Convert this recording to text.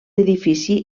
edifici